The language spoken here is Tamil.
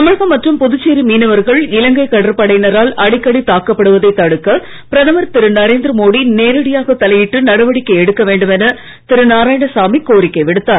தமிழகம் மற்றும் புதுச்சேரி மீனவர்கள் இலங்கை கடற்படையினரால் அடிக்கடி தாக்கப்படுவதை தடுக்க பிரதமர் திரு நரேந்திர மோடி நேரடியாக தலையிட்டு நடவடிக்கை எடுக்க வேண்டுமென திரு நாராயணசாமி கோரிக்கை விடுத்தார்